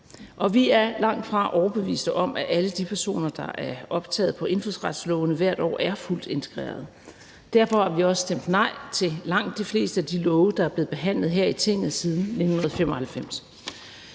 og vi er langtfra overbevist om, at alle de personer, der hvert år er optaget på indfødsretslovene, er fuldt integrerede. Derfor har vi også stemt nej til langt de fleste lovforslag, der er blevet behandlet her i Tinget siden 1995.